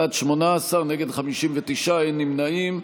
בעד, 18, נגד, 59, אין נמנעים.